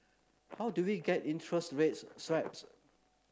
how do we get interest rate swaps